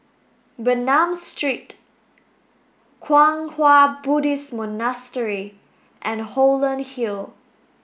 Bernam Street Kwang Hua Buddhist Monastery and Holland Hill